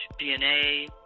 DNA